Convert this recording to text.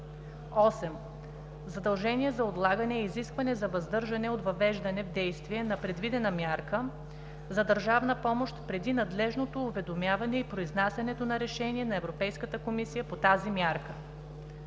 8. „Задължение за отлагане“ е изискване за въздържане от въвеждане в действие на предвидена мярка за държавна помощ преди надлежното уведомяване и произнасянето на решение на Европейската комисия по тази мярка.